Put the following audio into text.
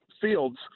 Fields